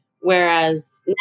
Whereas